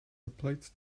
applied